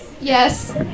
Yes